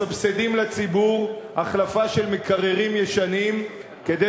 מסבסדים לציבור החלפה של מקררים ישנים כדי